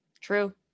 true